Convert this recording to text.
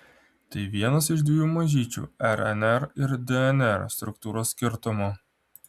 tai vienas iš dviejų mažyčių rnr ir dnr struktūros skirtumų